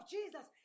Jesus